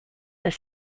that